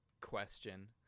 question